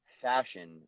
fashion